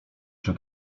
czy